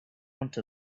want